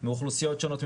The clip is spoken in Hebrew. מאוכלוסיות שונות,